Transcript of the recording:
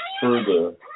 further